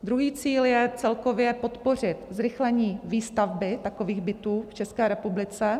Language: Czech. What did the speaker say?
Druhý cíl je celkově podpořit zrychlení výstavby takových bytů v České republice.